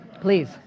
Please